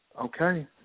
Okay